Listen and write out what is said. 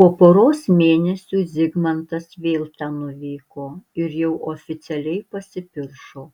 po poros mėnesių zigmantas vėl ten nuvyko ir jau oficialiai pasipiršo